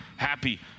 happy